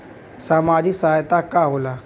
सामाजिक सहायता का होला?